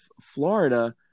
Florida